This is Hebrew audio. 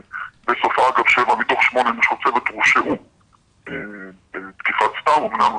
שבסופה גם שבע מתוך שמונה נשות צוות הורשעו בתקיפה סתם אמנם,